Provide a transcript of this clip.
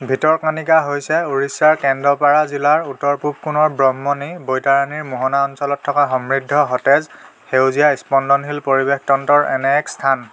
ভিতৰকাণিকা হৈছে উড়িষ্যাৰ কেন্দ্ৰপাৰা জিলাৰ উত্তৰ পূব কোণৰ ব্ৰহ্মণি বৈতাৰাণীৰ মোহনা অঞ্চলত থকা সমৃদ্ধ সতেজ সেউজীয়া স্পন্দনশীল পৰিৱেশ তন্ত্ৰৰ এনে এক স্থান